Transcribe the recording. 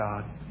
God